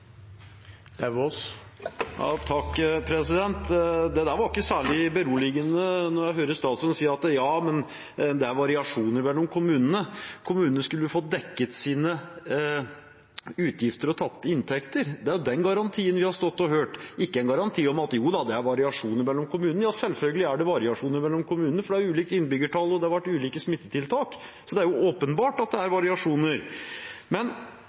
variasjoner mellom kommunene. Kommunene skulle få dekket sine utgifter og tapte inntekter. Det er den garantien vi har stått og hørt på, ikke en garanti om at det er variasjoner mellom kommunene. Selvfølgelig er det variasjoner mellom kommunene, for det er ulikt innbyggertall, og det har vært ulike smitteverntiltak. Det er åpenbart at det er